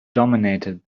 dominated